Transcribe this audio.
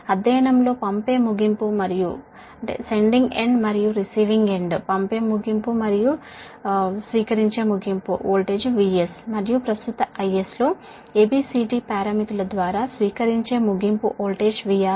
అధ్యయనంలో పంపే end voltage VS మరియు ప్రస్తుత IS లు A B C D పారామితుల ద్వారా స్వీకరించే ముగింపు వోల్టేజ్ VR మరియు ప్రస్తుత IR కు సంబంధించినవి